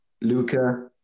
Luca